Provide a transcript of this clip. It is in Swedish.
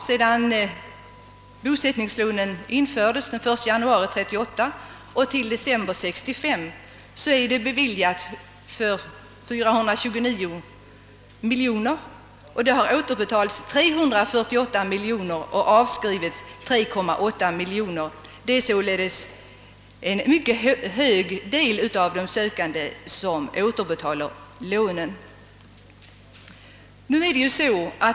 Sedan bosättningslånen infördes den 1 januari 1938 och till december 1965 är det beviljat 429 miljoner kronor, och det har återbetalats 348 miljoner kronor och avskrivits eller efterskänkts 3,8 miljoner kronor. Det är således en mycket stor del av sökande som återbetaiar lånen.